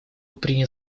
принят